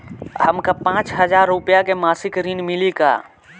हमका पांच हज़ार रूपया के मासिक ऋण मिली का?